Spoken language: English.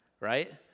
right